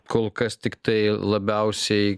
kol kas tiktai labiausiai